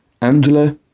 angela